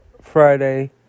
Friday